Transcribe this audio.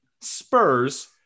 Spurs